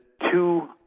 two